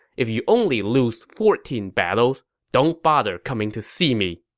if you only lose fourteen battles, don't bother coming to see me.